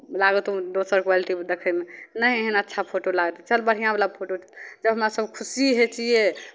लागत दोसर क्वालिटीके देखयमे नहि एहन अच्छा फोटो लागतै चल बढ़िआँवला फोटो जब हमरासभ खुशी होइ छियै